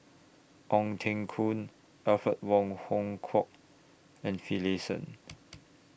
Ong Teng Koon Alfred Wong Hong Kwok and Finlayson